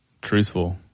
truthful